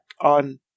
on